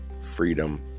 Freedom